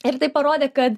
ir tai parodė kad